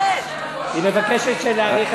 היא מבקשת שנאריך את הזמן.